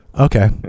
okay